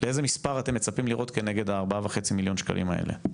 איזה מספר אתם מצפים לראות כנגד ה-4.5 מיליון שקלים האלה?